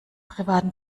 privaten